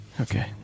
Okay